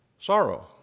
Sorrow